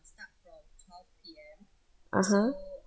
(uh huh)